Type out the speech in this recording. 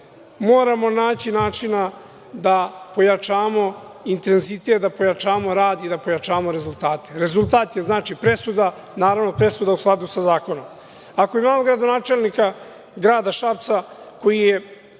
moramo naći načina da pojačamo intenzitet, da pojačamo rad i da pojačamo rezultate. Rezultat je znači presuda, naravno presuda u skladu sa zakonom. Ako imamo gradonačelnika grada Šapca koji je